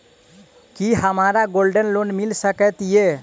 की हमरा gold loan मिल सकैत ये?